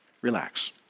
Relax